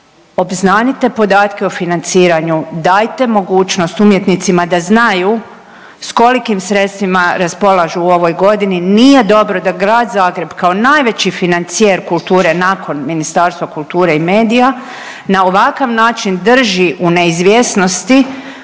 obznanite podatke o financiranju, dajte mogućnost umjetnicima da znaju s kolikim sredstvima raspolažu u ovoj godini, nije dobro da Grad Zagreb kao najveći financijer kulture nakon Ministarstva kulture i medija na ovakav način drži u neizvjesnosti